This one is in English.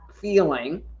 feeling